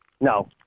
no